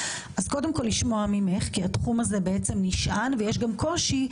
אז קודם כל לשמוע ממך כי התחום הזה נשען ויש גם קושי,